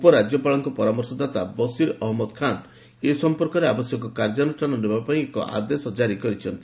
ଉପରାଜ୍ୟପାଳଙ୍କ ପରାମର୍ଶଦାତା ବସିର୍ ଅହମ୍ମଦ ଖାନ୍ ଏ ସଂପର୍କରେ ଆବଶ୍ୟକ କାର୍ଯ୍ୟାନୁଷ୍ଠାନ ନେବା ପାଇଁ ଏକ ଆଦେଶ ଜାରି କରିଛନ୍ତି